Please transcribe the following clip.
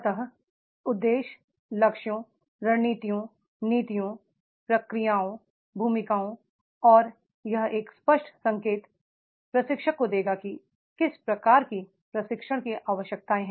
अतः उद्देश्य लक्ष्यों रणनीतियों नीतियों प्रक्रियाओं भूमिकाओं और यह एक स्पष्ट संकेत प्रशिक्षक को देगा कि किस प्रकार की प्रशिक्षण की आवश्यकताएं हैं